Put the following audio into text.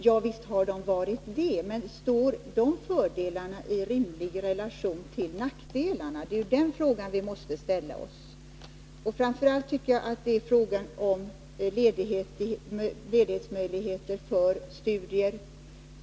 Ja, visst har de varit bra. Men står de fördelarna i rimlig relation till nackdelarna? Det är en fråga som vi måste ställa oss. Det gäller framför allt frågan om möjlighet tillledighet för studier.